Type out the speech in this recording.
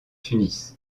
tunis